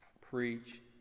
Preach